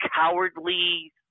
cowardly –